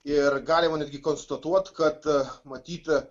ir galima netgi konstatuot kad matyt